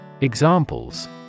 Examples